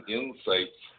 insights